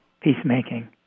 peacemaking